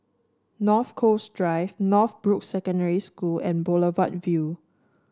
North Coast Drive Northbrooks Secondary School and Boulevard Vue